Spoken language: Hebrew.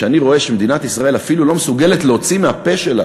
וכשאני רואה שמדינת ישראל אפילו לא מסוגלת להוציא מהפה שלה